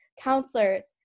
counselors